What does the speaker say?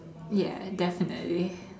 ya definitely